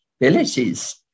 abilities